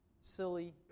silly